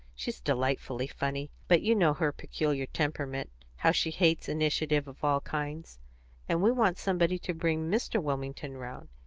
she's delightfully funny. but you know her peculiar temperament how she hates initiative of all kinds and we want somebody to bring mr. wilmington round.